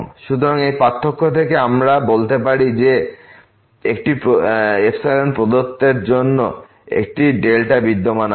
সুতরাং এই পার্থক্য থেকে আমরা বলতে পারি যে একটি প্রদত্তের জন্য একটি বিদ্যমান আছে